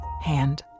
hand